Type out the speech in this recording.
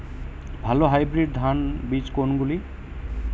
ভালো হাইব্রিড ধান বীজ কোনগুলি?